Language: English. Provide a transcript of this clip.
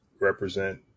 represent